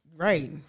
Right